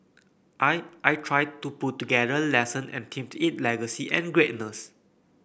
I I tried to put together lesson and themed it legacy and greatness